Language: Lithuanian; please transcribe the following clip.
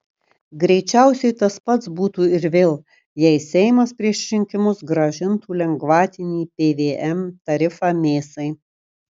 greičiausiai tas pats būtų ir vėl jei seimas prieš rinkimus grąžintų lengvatinį pvm tarifą mėsai